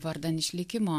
vardan išlikimo